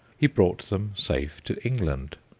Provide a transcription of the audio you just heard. he brought them safe to england.